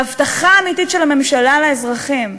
בהבטחה האמיתית של הממשלה לאזרחים.